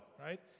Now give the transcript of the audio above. right